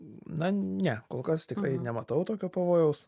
na ne kol kas tikrai nematau tokio pavojaus